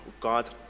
God